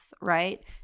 right